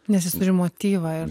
nes jis turi motyvą ir